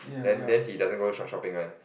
then then he doesn't go shop shopping one